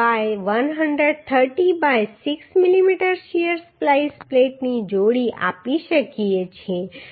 by 130 by 6 મીમી shear splice પ્લેટની જોડી આપી શકીએ છીએ